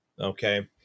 Okay